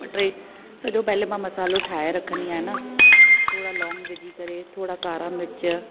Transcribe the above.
टे सॼो पहले मां मसालो ठाहे रखंदी आहियां न थोरा लोंग विझी करे थोरा कारा मिर्च